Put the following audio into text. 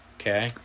Okay